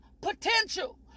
potential